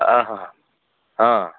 હં હં હં હં